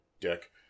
dick